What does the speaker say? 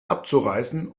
abzureißen